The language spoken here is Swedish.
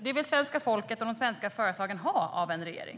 Det vill svenska folket och de svenska företagen ha av en regering.